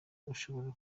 ushobora